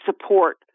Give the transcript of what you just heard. support